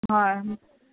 হয়